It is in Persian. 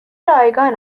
رایگان